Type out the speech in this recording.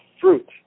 fruit